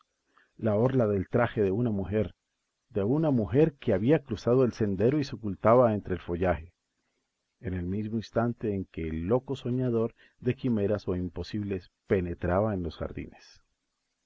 la orla del traje de una mujer de una mujer que había cruzado el sendero y se ocultaba entre el follaje en el mismo instante en que el loco soñador de quimeras o imposibles penetraba en los jardines